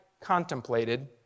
contemplated